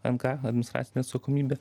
mk administracinė atsakomybė